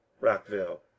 Rockville